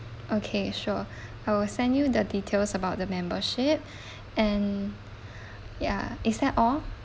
okay sure I will send you the details about the membership and ya is that all